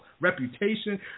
reputation